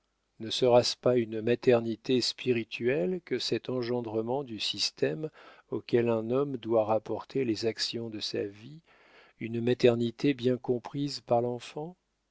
ne sera-ce pas une maternité spirituelle que cet engendrement du système auquel un homme doit rapporter les actions de sa vie une maternité bien comprise par l'enfant